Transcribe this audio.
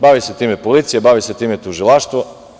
Bavi se time policija, bavi se time tužilaštvo.